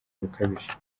bukabije